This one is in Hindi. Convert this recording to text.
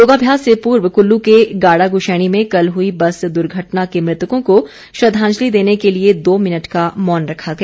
योगाभ्यास से पूर्व कुल्लू के गाड़ागुशैणी में कल हुई बस दुर्घटना के मृतकों को श्रद्धांजलि देने के लिए दो मिनट का मौन रखा गया